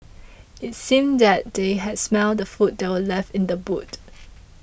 it seemed that they had smelt the food that were left in the boot